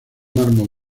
mármol